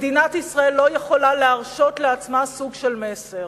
מדינת ישראל לא יכולה להרשות לעצמה סוג כזה של מסר.